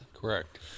Correct